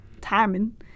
timing